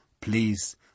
Please